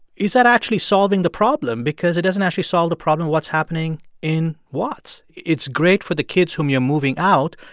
is that actually solving the problem? because it doesn't actually solve the problem of what's happening in watts. it's great for the kids whom you're moving out,